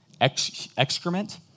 excrement